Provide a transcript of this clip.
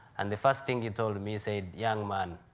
and the first thing he told me, he said, young man,